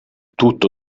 tutto